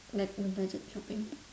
like budget shopping